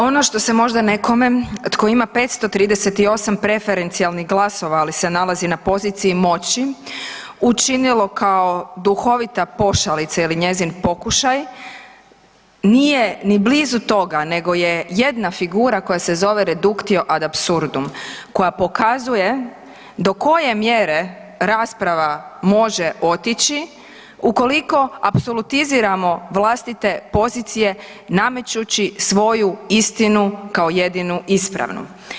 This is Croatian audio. Ono što se možda nekome tko ima 538 preferencijalnih glasova, ali se na poziciji moći učinilo kao duhovita pošalica ili njezin pokušaj, nije ni blizu toga nego je jedna figura koja se zove reductio ad absurdum koja pokazuje do koje mjere rasprava može otići ukoliko apsolutiziramo vlastite pozicije namećući svoju istinu kao jedinu ispravnu.